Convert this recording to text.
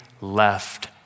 left